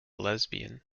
lesbian